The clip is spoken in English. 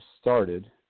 started